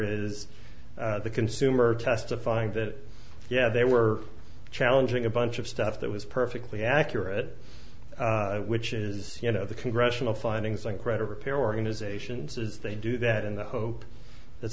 is the consumer testifying that yeah they were challenging a bunch of stuff that was perfectly accurate which is you know the congressional findings like credit repair organizations is they do that in the hope that